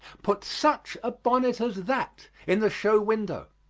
put such a bonnet as that in the show window.